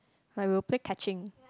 like we will play catching